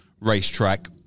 Racetrack